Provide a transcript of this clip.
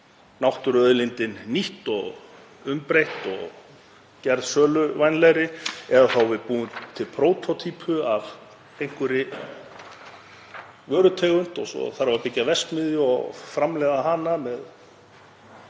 náttúruauðlindin er nýtt og henni umbreytt og gerð söluvænlegri eða að við búum til prótótýpur af einhverri vörutegund og svo þarf að byggja verksmiðju og framleiða hana með